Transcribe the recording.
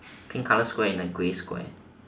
pink colour square and a grey square